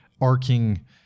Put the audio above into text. arcing